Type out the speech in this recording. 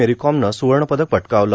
मेरीकॉमनं सुवर्ण पदक पटकावलं